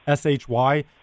SHY